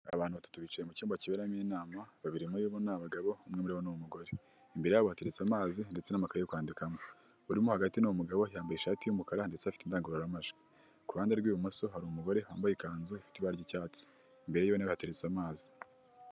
Abantu batatu bicaye mucyumba kiberamo inama babiri muri bo ni abagabo, umwe muri bo n'umugore, imbere yabo hateretse amazi ndetse n'amakayi yo kwandikamo, urimo hagati n'umugabo yambaye ishati y'umukara ndetse afite indangururamajwi, ku ruhande rw'ibumoso hari umugore wambaye ikanzu ifite ibara ry'icyatsi imbere y'iwe nawe hteretse amazi.